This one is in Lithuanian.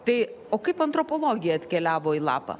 tai o kaip antropologija atkeliavo į lapą